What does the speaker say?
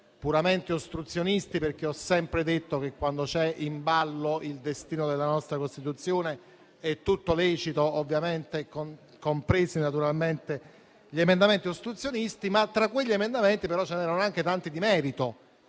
puramente ostruzionisti, perché ho sempre sostenuto che, quando c'è in ballo il destino della nostra Costituzione, è tutto lecito, compresi, naturalmente, gli emendamenti ostruzionistici. Tra quegli emendamenti, però, ve ne erano anche tanti di merito.